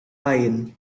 lain